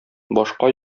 башка